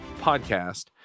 podcast